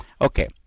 Okay